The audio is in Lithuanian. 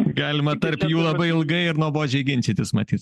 galima tarp jų labai ilgai ir nuobodžiai ginčytis matyt